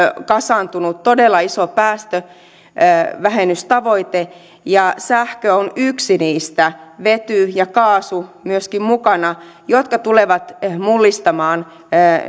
kasaantunut todella iso päästövähennystavoite ja sähkö on yksi niistä vety ja kaasu myöskin mukana jotka tulevat mullistamaan